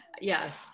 Yes